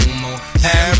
more